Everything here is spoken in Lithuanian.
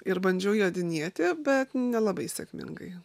ir bandžiau jodinėti bet nelabai sėkmingai